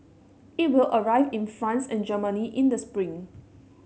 it will arrive in France and Germany in the spring